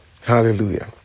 Hallelujah